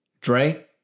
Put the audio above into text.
Dre